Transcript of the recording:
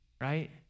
right